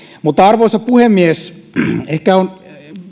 mutta arvoisa puhemies ehkä